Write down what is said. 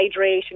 hydration